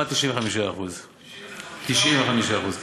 כמעט 95%. 95%, כן.